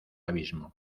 abismo